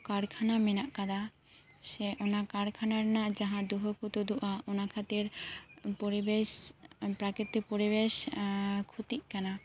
ᱠᱟᱨᱠᱷᱟᱱᱟ ᱢᱮᱱᱟᱜ ᱟᱠᱟᱫᱟ ᱥᱮ ᱚᱱᱟ ᱠᱟᱨᱠᱷᱟᱱᱟ ᱨᱮᱱᱟᱜ ᱡᱟᱦᱟᱸ ᱫᱩᱦᱟᱹ ᱠᱚ ᱛᱩᱫᱩᱜᱼᱟ ᱚᱱᱟ ᱠᱷᱟᱹᱛᱤᱨ ᱯᱚᱨᱤᱵᱮᱥ ᱯᱨᱟᱠᱤᱛᱤᱠ ᱯᱚᱨᱤᱵᱮᱥ ᱠᱷᱚᱛᱤᱜ ᱠᱟᱱᱟ